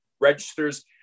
registers